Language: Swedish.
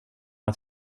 att